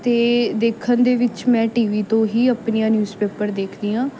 ਅਤੇ ਦੇਖਣ ਦੇ ਵਿੱਚ ਮੈਂ ਟੀ ਵੀ ਤੋਂ ਹੀ ਆਪਣੀਆਂ ਨਿਊਜ਼ ਪੇਪਰ ਦੇਖਦੀ ਹਾਂ